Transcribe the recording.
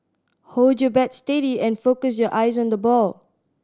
hold your bat steady and focus your eyes on the ball